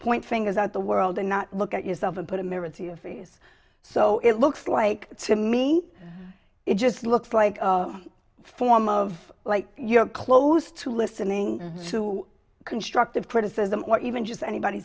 point fingers at the world and not look at yourself and put a mirror to your face so it looks like to me it just looks like a form of like you're close to listening to constructive criticism or even just anybody